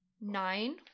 nine